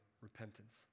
repentance